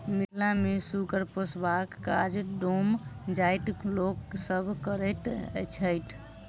मिथिला मे सुगर पोसबाक काज डोम जाइतक लोक सभ करैत छैथ